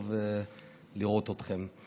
טוב לראות אתכם.